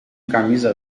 camisa